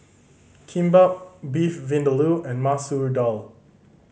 Kimbap Beef Vindaloo and Masoor Dal